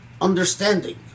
Understanding